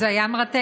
זה היה מרתק.